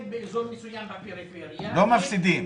באזור מסוים בפריפריה --- לא מפסידים.